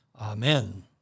Amen